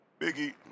Biggie